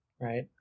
right